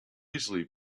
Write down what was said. easily